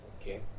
Okay